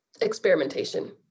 Experimentation